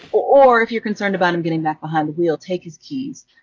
or if you're concerned about him getting back behind the wheel, take his keys.